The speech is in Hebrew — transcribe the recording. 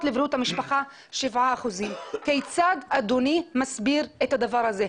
לבריאות המשפחה 7%. כיצד אדוני מסביר את הדבר הזה?